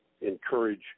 encourage